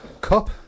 cup